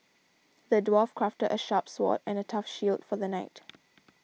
the dwarf crafted a sharp sword and a tough shield for the knight